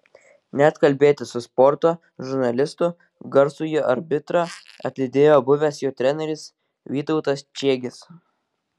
net kalbėtis su sporto žurnalistu garsųjį arbitrą atlydėjo buvęs jo treneris vytautas čiegis